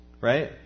right